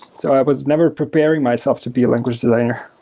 so i was never preparing myself to be a language designer.